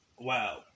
Wow